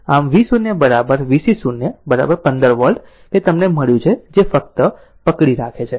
આમ V0 V C0 15 volt કે અમને તે મળ્યું જે ફક્ત પકડી રાખે છે